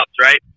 right